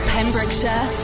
Pembrokeshire